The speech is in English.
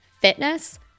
Fitness